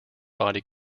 body